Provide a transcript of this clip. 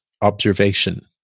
observation